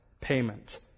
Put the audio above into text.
payment